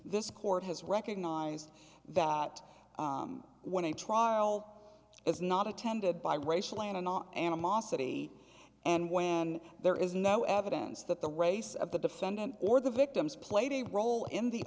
this court has recognized that when a trial is not attended by race lana not animosity and when there is no evidence that the race of the defendant or the victims played a role in the